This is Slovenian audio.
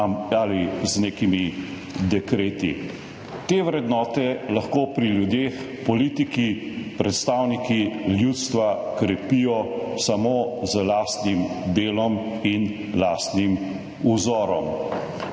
ali z nekimi dekreti. Te vrednote lahko pri ljudeh politiki, predstavniki ljudstva krepijo samo z lastnim delom in lastnim vzorom,